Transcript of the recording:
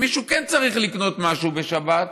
שאם מישהו כן צריך לקנות משהו בשבת,